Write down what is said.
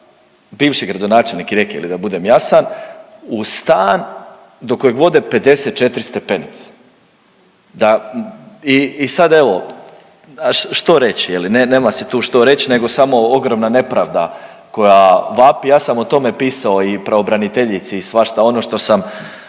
bivši gradonačelnik Rijeke da budem jasan, u stan do kojeg vode 54 stepenice. I sad evo što reći je li? Nema se tu što reći nego samo ogromna nepravda koja vapi. Ja sam o tome pisao i pravobraniteljici i svašta ono što sam